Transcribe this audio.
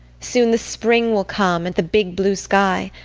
soon the spring will come and the big blue sky!